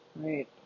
Right